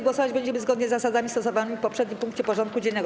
Głosować będziemy zgodnie z zasadami stosowanymi w poprzednim punkcie porządku dziennego.